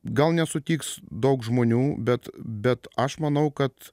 gal nesutiks daug žmonių bet bet aš manau kad